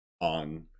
on